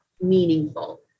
meaningful